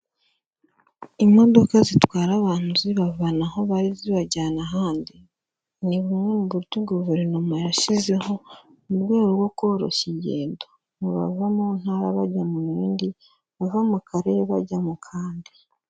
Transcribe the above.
Imodoka zitwara abantu zibavana aho bari zibajyana ahandi, ni bumwe mu buryo guverinoma yashyizeho mu rwego rwo koroshya ingendo, mu bava mu ntara bajya mu yindi, bava mu karere bajya mu kandi.